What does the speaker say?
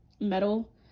metal